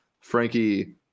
Frankie